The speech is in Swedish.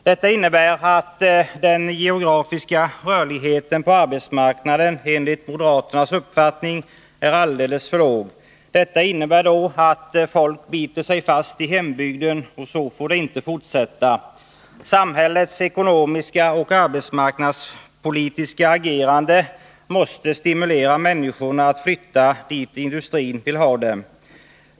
Detta innebär att den geografiska rörligheten på arbetsmarknaden enligt moderaternas uppfattning är alldeles för låg. Folk biter sig fast i hembygden, och så får det inte fortsätta. Samhällets ekonomiska och arbetsmarknadspolitiska agerande måste stimulera människorna att flytta dit där industrin vill hadem.